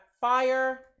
fire